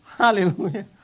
Hallelujah